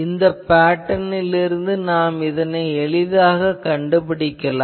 இந்த பேட்டர்னிலிருந்து நாம் இதை எளிதாகக் கண்டுபிடிக்கலாம்